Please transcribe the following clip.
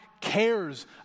cares